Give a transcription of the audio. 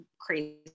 crazy